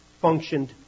functioned